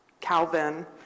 Calvin